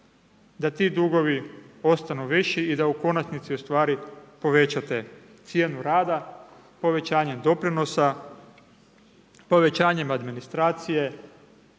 da ti dugovi ostanu viši i da u konačnici ustvari povećate cijenu rada povećanje, doprinosa, povećanjem administracije,